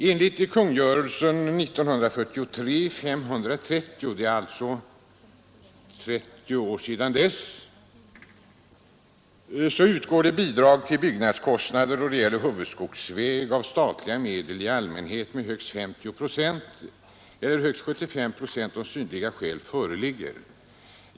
Enligt kungörelsen 530 år 1943 — det har alltså gått 30 år sedan dess — utgår av statliga medel bidrag till byggnadskostnader då det gäller skogshuvudväg i allmänhet med högst 50 procent, eller 75 procent då synnerliga skäl föreligger.